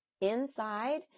Inside